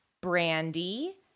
Brandy